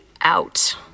out